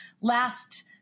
last